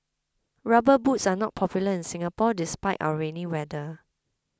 rubber boots are not popular in Singapore despite our rainy weather